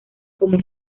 como